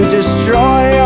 destroy